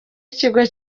ikigo